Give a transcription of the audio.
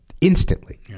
instantly